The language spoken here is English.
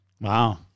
wow